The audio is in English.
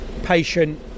patient